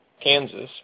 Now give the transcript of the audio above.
Kansas